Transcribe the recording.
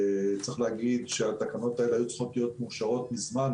צריך להגיד שהתקנות האלה היו צריכות להיות מאושרות מזמן,